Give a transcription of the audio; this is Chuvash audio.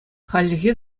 хальлӗхе